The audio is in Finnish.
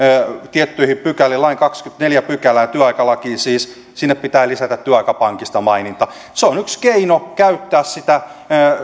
tiettyihin pykäliin lain kahdenteenkymmenenteenneljänteen pykälään työaikalakiin siis pitää lisätä työaikapankista maininta se on yksi keino käyttää sitä